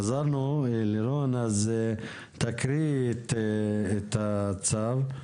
אז חזרנו ללירון, תקריאי את הצו.